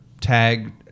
tag